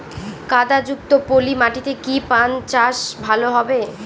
কাদা যুক্ত পলি মাটিতে কি পান চাষ ভালো হবে?